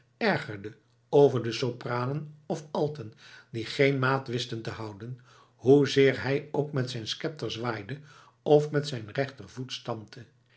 ergerde over de sopranen of alten die geen maat wisten te houden hoezeer hij ook met zijn schepter zwaaide of met den rechtervoet stampte